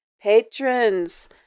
Patrons